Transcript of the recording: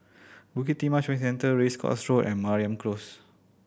Bukit Timah Shopping Centre Race Course Road and Mariam Close